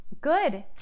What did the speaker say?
good